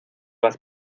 las